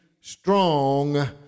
strong